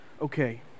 okay